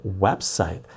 website